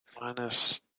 Minus